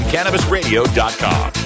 CannabisRadio.com